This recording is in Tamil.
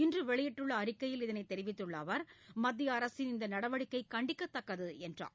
இன்று வெளியிட்டுள்ள அறிக்கையில் இதனைத் தெரிவித்துள்ள அவர் மத்திய அரசின் இந்த நடவடிக்கை கண்டிக்கத்தக்கது என்றார்